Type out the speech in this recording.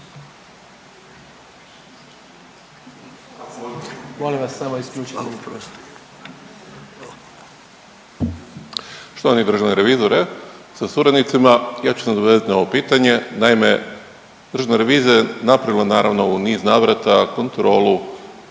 Štovani državni revizore sa suradnicima. Ja ću nadovezati na ovo pitanje, naime Državna revizija je napravila naravno u niz navrata kontrolu